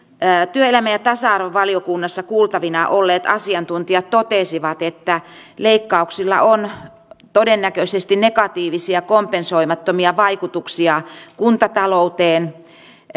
työelämä ja tasa arvovaliokunnassa kuultavina olleet asiantuntijat totesivat että leikkauksilla on todennäköisesti negatiivisia kompensoimattomia vaikutuksia kuntatalouteen